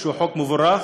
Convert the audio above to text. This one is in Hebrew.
שהוא חוק מבורך,